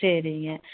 சரிங்க